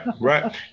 right